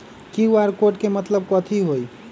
QR code के मतलब कथी होई?